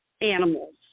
animals